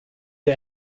der